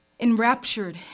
Enraptured